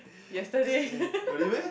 yesterday